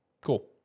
Cool